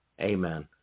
Amen